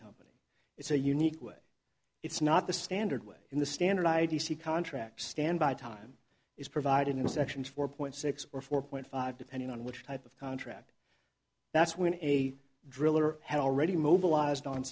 company it's a unique way it's not the standard way in the standard i d c contract standby time is provided in sections four point six or four point five depending on which type of contract that's when a driller had already mobilized on